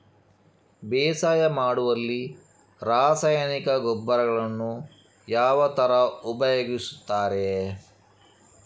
ಬೇಸಾಯ ಮಾಡುವಲ್ಲಿ ರಾಸಾಯನಿಕ ಗೊಬ್ಬರಗಳನ್ನು ಯಾವ ತರ ಉಪಯೋಗಿಸುತ್ತಾರೆ?